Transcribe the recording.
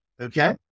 Okay